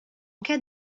cas